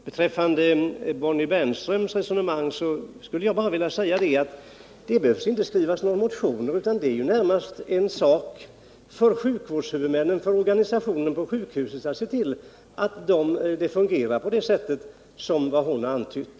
Beträffande Bonnie Bernströms resonemang skulle jag bara vilja säga att några motioner inte behöver skrivas i detta sammanhang utan att det närmast är en sak för sjukvårdshuvudmännen att se till att organisationen på sjukhusen fungerar på det sätt som hon antytt.